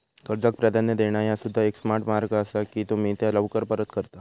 कर्जाक प्राधान्य देणा ह्या सुद्धा एक स्मार्ट मार्ग असा की तुम्ही त्या लवकर परत करता